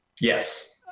Yes